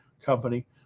Company